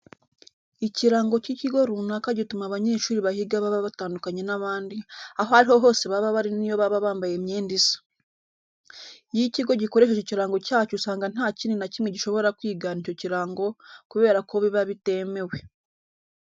Ikirango cy'ikigo runaka gituma abanyeshuri bahiga baba batandukanye n'abandi, aho ari ho hose baba bari ni yo baba bambaye imyenda isa. Iyo ikigo gikoresheje ikirango cyacyo usanga nta kindi na kimwe gishobora kwigana icyo kirango kubera ko biba bitemewe.